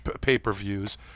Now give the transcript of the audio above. pay-per-views